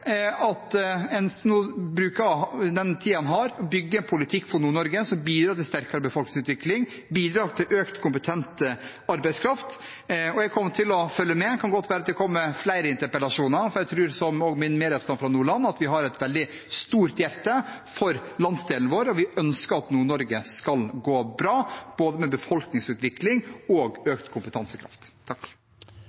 at en nå bruker tiden en har, til å bygge politikk for Nord-Norge som bidrar til sterkere befolkningsutvikling og bidrar til økt kompetent arbeidskraft – og jeg kommer til å følge med. Det kan godt være at jeg kommer med flere interpellasjoner, for jeg tror, som min medrepresentant fra Nordland, at vi har et veldig stort hjerte for landsdelen vår, og vi ønsker at Nord-Norge skal gå bra – når det gjelder både befolkningsutvikling og